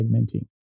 segmenting